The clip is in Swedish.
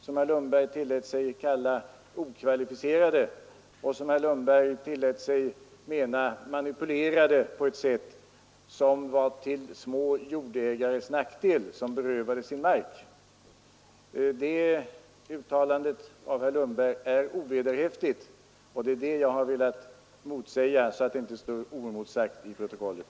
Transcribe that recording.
Herr Lundberg tillät sig att kalla dem okvalificerade och menade att de manipulerade på ett sätt som var till nackdel för små jordägare, som berövades sin mark. Det uttalandet av herr Lundberg är ovederhäftigt, och det är det som jag har velat påtala så att det inte står oemotsagt i protokollet.